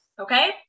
okay